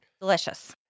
Delicious